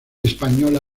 española